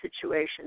situation